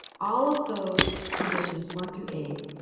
all of those conditions, one through eight,